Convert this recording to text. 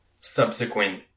subsequent